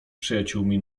przyjaciółmi